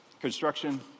construction